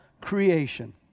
creation